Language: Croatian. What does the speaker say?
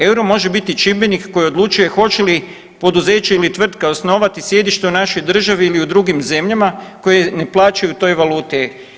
Euro može biti čimbenik koji odlučuje hoće li poduzeće ili tvrtka osnovati sjedište u našoj državi ili u drugim zemljama koje ne plaćaju u toj valuti.